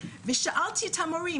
ושאלתי את המורים